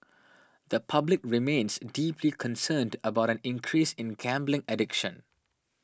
the public remains deeply concerned about an increase in gambling addiction